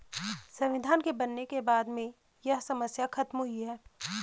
संविधान के बनने के बाद में यह समस्या खत्म हुई है